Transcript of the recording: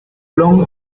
long